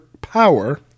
power